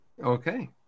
Okay